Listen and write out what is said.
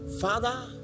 Father